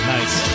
Nice